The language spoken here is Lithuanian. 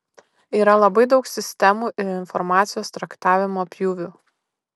yra labai daug sistemų ir informacijos traktavimo pjūvių